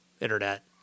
internet